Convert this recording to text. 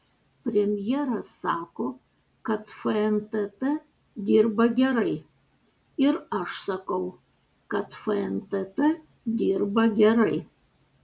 premjeras sako kad fntt dirba gerai ir aš sakau kad fntt dirba gerai